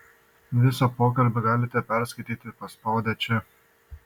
visą pokalbį galite perskaityti paspaudę čia